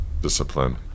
discipline